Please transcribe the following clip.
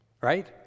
Right